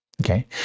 Okay